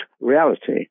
reality